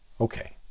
Okay